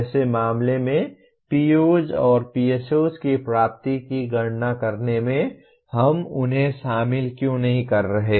ऐसे मामले में POs और PSOs की प्राप्ति की गणना करने में हम उन्हें शामिल क्यों नहीं कर रहे हैं